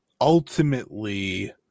ultimately